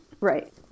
Right